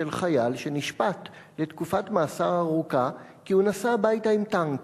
של חייל שנשפט לתקופת מאסר ארוכה כי הוא נסע הביתה עם טנק,